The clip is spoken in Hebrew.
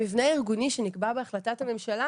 המבנה הארגוני שנקבע בהחלטת הממשלה,